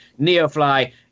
Neofly